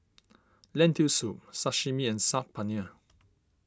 Lentil Soup Sashimi and Saag Paneer